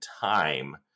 time